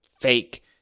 fake